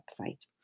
website